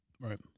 right